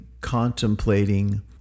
contemplating